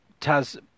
Taz